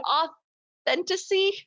authenticity